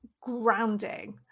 grounding